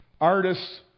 artists